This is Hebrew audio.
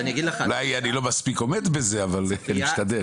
אולי אני לא מספיק עומד בזה, אבל משתדל.